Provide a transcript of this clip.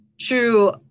true